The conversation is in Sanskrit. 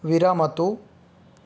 विरमतु